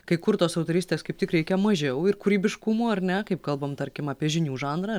kai kur tos autorystės kaip tik reikia mažiau ir kūrybiškumo ar ne kaip kalbam tarkim apie žinių žanrą